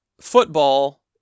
football